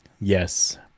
Yes